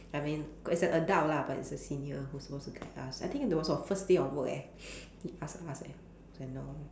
I mean it's an adult lah but it's a senior who's supposed to guide us I think it was our first day of work eh he asked us eh I was like no